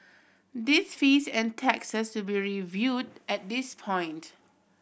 these fees and taxes will be reviewed at this point